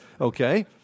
Okay